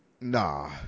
Nah